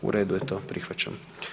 U redu je to, prihvaćam.